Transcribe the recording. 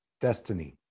destiny